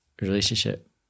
relationship